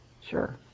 Sure